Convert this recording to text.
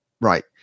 Right